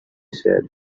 said